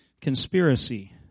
conspiracy